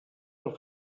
del